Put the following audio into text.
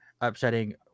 upsetting